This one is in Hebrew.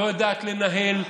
לא יודעת לנהל,